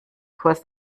kurs